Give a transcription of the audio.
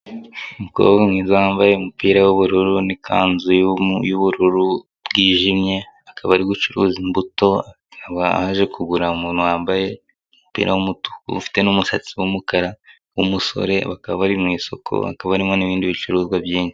Umukobwa mwiza wambaye umupira w'ubururu n'ikanzu y'ubururu bwijimye, akaba ari gucuruza imbuto, hakaba haje kugura umuntu wambaye umupira w'umutuku ufite n'umusatsi w'umukara w'umusore, bakaba bari mu isoko, hakaba harimo n'ibindi bicuruzwa byinshi.